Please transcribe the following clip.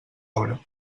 obra